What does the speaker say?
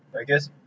I guess